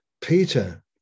peter